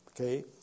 okay